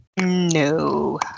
No